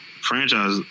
Franchise